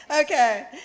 Okay